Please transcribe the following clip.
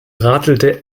radelte